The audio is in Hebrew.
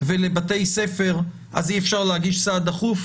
ולבתי ספר, אז אי אפשר להגיש סעד דחוף?